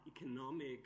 economic